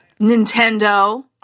Nintendo